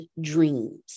dreams